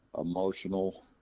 emotional